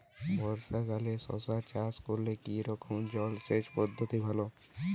বর্ষাকালে শশা চাষ করলে কি রকম জলসেচ পদ্ধতি ভালো?